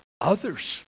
others